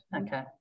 Okay